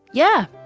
yeah,